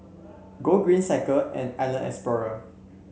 Gogreen Cycle and Island Explorer